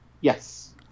Yes